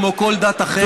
כמו כל דת אחרת,